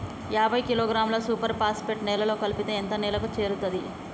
యాభై కిలోగ్రాముల super phosphate నేలలో కలిపితే ఎంత నేలకు చేరుతది?